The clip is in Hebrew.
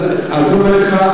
אני אומר לך,